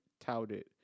touted